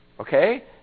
Okay